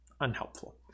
unhelpful